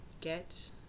get